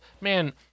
man